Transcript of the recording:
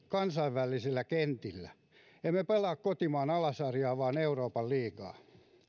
kansainvälisillä kentillä emme pelaa kotimaan alasarjaa vaan euroopan liigaa